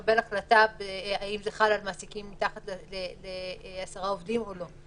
והם צריכים לקבל החלטה האם זה חל על מעסיקים מתחת ל-10 עובדים או לא.